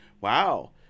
wow